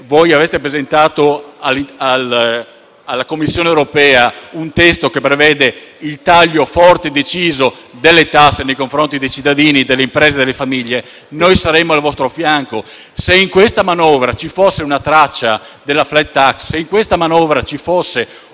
voi aveste presentato alla Commissione europea un testo che prevedesse il taglio forte e deciso delle tasse nei confronti dei cittadini, delle imprese e delle famiglie, noi saremmo al vostro fianco. Se in questa manovra ci fosse una traccia della *flat tax*, se in questa manovra ci fosse